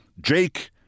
Jake